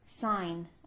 sign